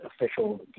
official